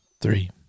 Three